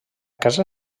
casa